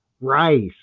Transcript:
Rice